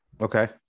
Okay